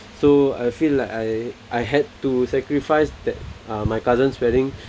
so I feel like I I had to sacrifice that uh my cousin's wedding